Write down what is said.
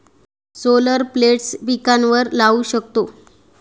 solar plates पिकांवर लाऊ शकतो